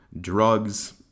drugs